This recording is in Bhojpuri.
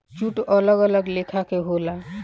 जूट अलग अलग लेखा के होला